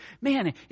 Man